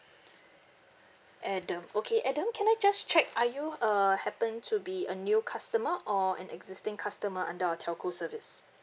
adam okay adam can I just check are you uh happen to be a new customer or an existing customer under our telco service